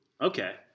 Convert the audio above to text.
Okay